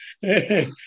hey